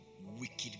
wicked